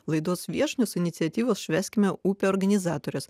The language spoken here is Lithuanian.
laidos viešnios iniciatyvos švęskime upę organizatorės